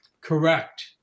correct